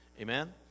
Amen